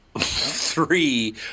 three